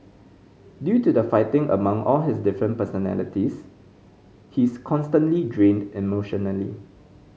due to the fighting among all his different personalities he's constantly drained emotionally